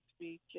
speech